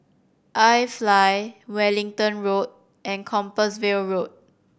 IFly Wellington Road and Compassvale Road